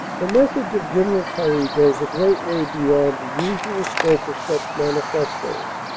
the message of general currie goes a great way beyond the usual scope of such manifestoes.